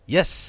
Yes